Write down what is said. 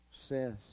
says